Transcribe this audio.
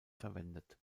verwendet